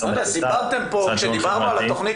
משרד --- כשדיברנו פה על התוכנית